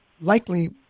likely